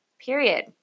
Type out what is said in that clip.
period